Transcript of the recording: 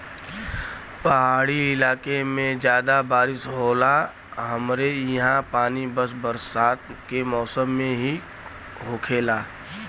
पहाड़ी इलाके में जादा बारिस होला हमरे ईहा पानी बस बरसात के मौसम में ही होखेला